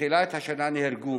מתחילת השנה נהרגו